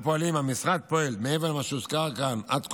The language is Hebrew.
המשרד פועל, מעבר למה שהוזכר כאן עד כה,